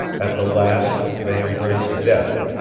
at the last they embrace death,